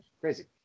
Crazy